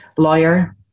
lawyer